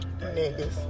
Niggas